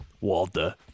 Walter